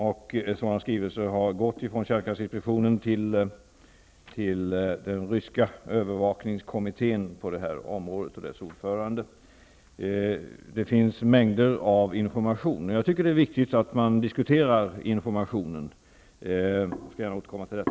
Rätt många skrivelser har gått från kärnkraftinspektionen till den ryska övervakningskommittén på det här området och dess ordförande. Det finns mängder av information. Jag tycker att det är viktigt att man diskuterar informationen. Jag skall gärna återkomma till det.